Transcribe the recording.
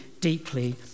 deeply